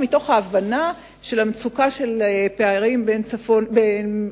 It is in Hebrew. מתוך הבנה של המצוקה ושל הפערים